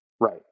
Right